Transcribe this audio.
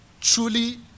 Truly